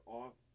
off